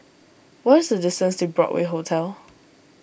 what is the distance to Broadway Hotel